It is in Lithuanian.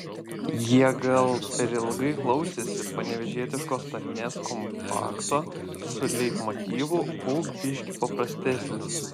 jie gal per ilgai klausėsi panevėžietiškos tarmės kompakto su leitmotyvu būk biškį paprastesnis